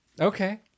okay